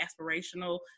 aspirational